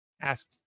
ask